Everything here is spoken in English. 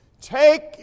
Take